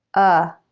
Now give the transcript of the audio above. a,